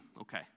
okay